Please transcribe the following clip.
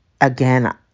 again